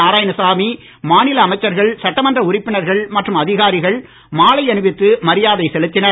நாராயணசாமி மாநில அமைச்சர்கள் சட்டமன்ற உறுப்பினர்கள் மற்றும் அதிகாரிகள் மாலை அணிவித்து மரியாதை செலுத்தினர்